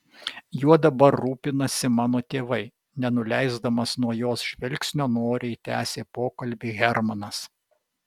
juo dabar rūpinasi mano tėvai nenuleisdamas nuo jos žvilgsnio noriai tęsė pokalbį hermanas